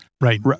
Right